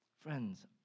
Friends